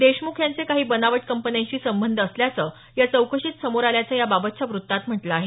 देशमुख यांचे काही बनावट कंपन्यांशी संबंध असल्याचं या चौकशीत समोर आल्याचं याबाबतच्या व्रत्तात म्हटलं आहे